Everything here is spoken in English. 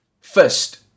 First